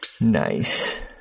Nice